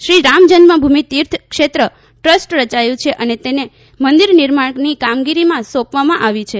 Shri Ramjanmabhoomi Teerthkshetra trust રચાયું છે અને તેને મંદિર નિર્માણની કામગીરી સોંપવામાં આવી છે